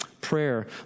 prayer